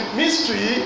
mystery